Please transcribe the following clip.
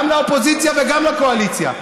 גם לאופוזיציה וגם לקואליציה.